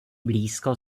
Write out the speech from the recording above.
blízko